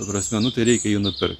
ta prasme nu tai reikia jį nupirkt